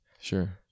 Sure